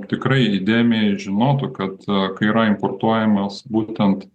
tikrai įdėmiai žinotų kad kai yra importuojamos būtent